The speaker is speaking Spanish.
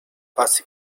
fase